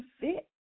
fit